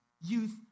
youth